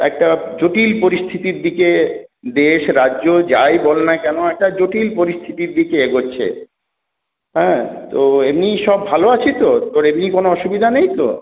একটা জটিল পরিস্থিতির দিকে দেশ রাজ্য যাই বল না কেন একটা জটিল পরিস্থিতির দিকে এগোচ্ছে হ্যাঁ তো এমনি সব ভালো আছি তো তোর এমনি কোনো অসুবিধা নেই তো